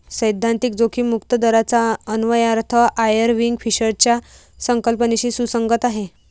सैद्धांतिक जोखीम मुक्त दराचा अन्वयार्थ आयर्विंग फिशरच्या संकल्पनेशी सुसंगत आहे